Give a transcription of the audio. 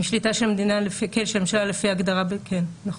עם שליטה של הממשלה, כן, נכון.